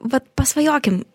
vat pasvajokim